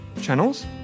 channels